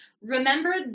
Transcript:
remember